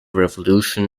revolution